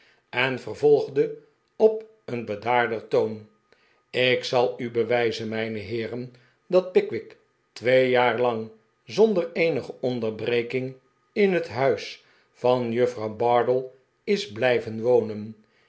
en vervolgde op een bedaarder toon ik zal u bewijzen mijne heeren dat pickwick twee jaar lang zonder eenige onderbreking in net huis van juffrouw bardell is blijven wonen